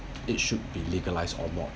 it should be legalised or more